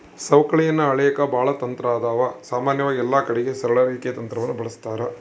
ಸವಕಳಿಯನ್ನ ಅಳೆಕ ಬಾಳ ತಂತ್ರಾದವ, ಸಾಮಾನ್ಯವಾಗಿ ಎಲ್ಲಕಡಿಗೆ ಸರಳ ರೇಖೆ ತಂತ್ರವನ್ನ ಬಳಸ್ತಾರ